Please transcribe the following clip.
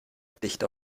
dicht